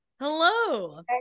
hello